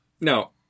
No